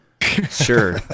Sure